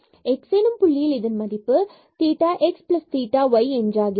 x எனும் புள்ளியில் இதன் மதிப்பு theta x theta y என்றாகிறது